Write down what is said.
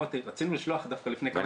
רצינו לשלוח דווקא לפני כמה